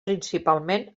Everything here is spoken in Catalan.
principalment